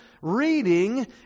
reading